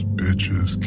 bitches